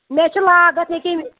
مےٚ چھُ لاگَتھ ییٚکیٛاہ